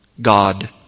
God